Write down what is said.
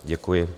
Děkuji.